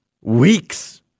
weeks